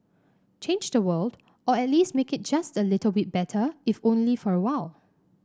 change the world or at least make it just the little bit better if only for a while